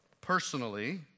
personally